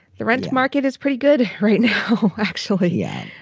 the rental market is pretty good right now, actually. yeah.